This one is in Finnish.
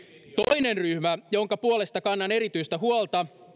toinen ryhmä jonka puolesta kannan erityistä huolta